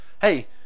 hey